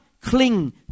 cling